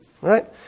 right